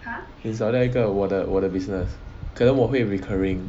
你少掉一个我的我的 business 可能我会 recurring